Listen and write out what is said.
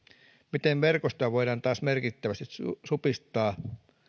miten verkostoa voidaan taas merkittävästi supistaa